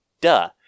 duh